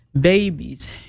babies